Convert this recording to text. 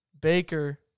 Baker